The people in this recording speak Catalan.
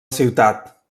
ciutat